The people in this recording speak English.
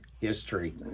history